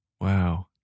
Wow